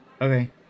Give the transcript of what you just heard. okay